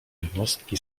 jednostki